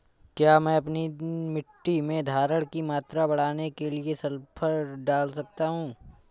क्या मैं अपनी मिट्टी में धारण की मात्रा बढ़ाने के लिए सल्फर डाल सकता हूँ?